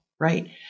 right